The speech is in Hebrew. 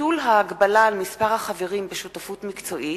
(ביטול ההגבלה על מספר החברים בשותפות מקצועית),